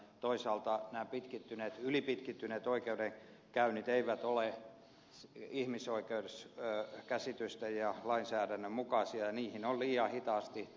toisaalta nämä ylipitkittyneet oikeudenkäynnit eivät ole ihmisoikeuskäsitysten ja lainsäädännön mukaisia ja niihin on liian hitaasti puututtu